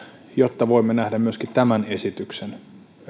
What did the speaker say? jotta voimme nähdä myöskin tämän esityksen